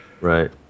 Right